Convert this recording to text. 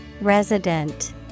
Resident